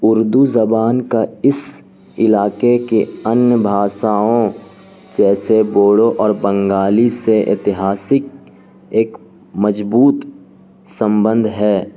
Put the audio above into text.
اردو زبان کا اس علاقے کے ان بھاشاؤں جیسے بوڑو اور بنگالی سے اتہاسک ایک مضبوط سمبندھ ہے